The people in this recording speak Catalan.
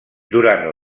durant